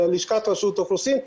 ללשכת רשות האוכלוסין,